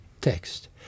text